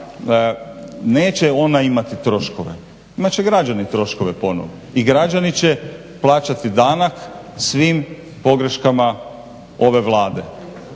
neće ona imati troškove, imat će građani troškove ponovno. I građani će plaćati danak svim pogreškama ove Vlade.